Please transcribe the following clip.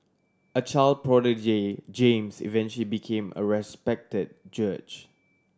a child prodigy James eventually became a respected judge